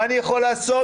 מה אני יכול לעשות?